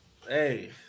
Hey